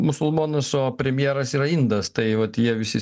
musulmonas o premjeras yra indas tai vat jie visi